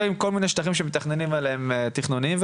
עם כל השטחים שמתכננים עליהם תכנונים,